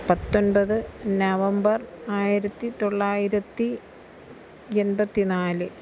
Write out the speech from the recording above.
പത്തൊൻപത് നവംബർ ആയിരത്തി തൊള്ളായിരത്തി എൺപത്തി നാല്